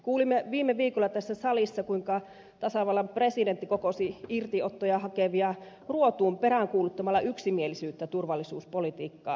kuulimme viime viikolla tässä salissa kuinka tasavallan presidentti kokosi irtiottoja hakevia ruotuun peräänkuuluttamalla yksimielisyyttä turvallisuuspolitiikkaan